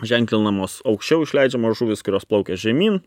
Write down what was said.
ženklinamos aukščiau išleidžiamos žuvys kurios plaukia žemyn